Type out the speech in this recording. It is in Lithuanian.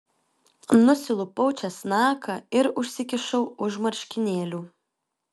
nusilupau česnaką ir užsikišau už marškinėlių